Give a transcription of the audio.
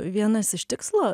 vienas iš tikslo